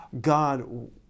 God